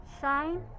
shine